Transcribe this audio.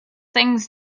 things